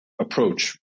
approach